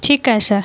ठीक आहे सर